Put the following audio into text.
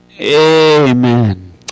Amen